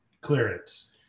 clearance